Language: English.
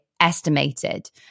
Estimated